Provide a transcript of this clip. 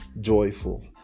joyful